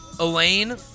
Elaine